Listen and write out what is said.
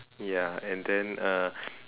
ya and then uh